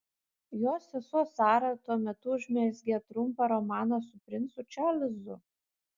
jos sesuo sara tuo metu užmezgė trumpą romaną su princu čarlzu